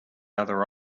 other